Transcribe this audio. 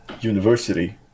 university